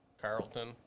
carlton